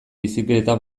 bizikleta